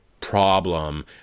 problem